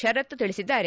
ಶರತ್ ತಿಳಿಸಿದ್ದಾರೆ